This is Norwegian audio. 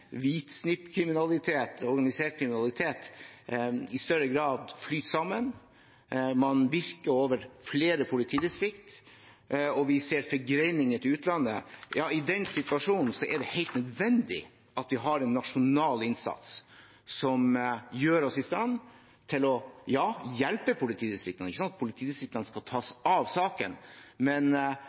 hvitsnippkriminalitet og organisert kriminalitet i større grad flyter sammen – man virker over flere politidistrikter, og vi ser forgreininger til utlandet – er det helt nødvendig at vi har en nasjonal innsats som gjør oss i stand til å hjelpe politidistriktene. Politidistriktene skal tas av saken, men